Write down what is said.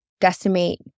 decimate